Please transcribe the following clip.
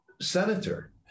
senator